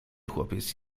chłopiec